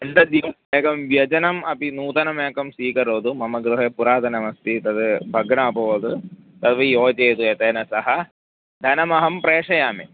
दण्डदीपं एकं व्यजनम् अपि नूतनमेकं स्वीकरोतु मम गृहे पुरातनमस्ति तद् भग्नं अभवत् तद् योजयतु येतेन सह धनमहं प्रेषयामि